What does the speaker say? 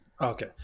Okay